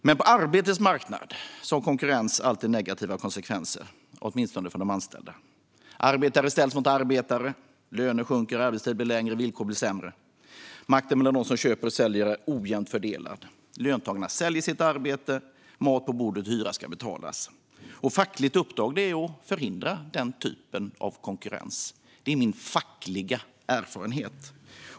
Men på arbetets marknad har konkurrens alltid negativa konsekvenser, åtminstone för de anställda. Arbetare ställs mot arbetare. Löner sjunker. Arbetstiden blir längre. Villkoren blir sämre. Makten mellan dem som köper och säljer är ojämnt fördelad. Löntagarna säljer sitt arbete. Mat på bordet och hyra ska betalas. Det fackliga uppdraget är att förhindra den typen av konkurrens. Det är min fackliga erfarenhet.